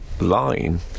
line